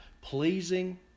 pleasing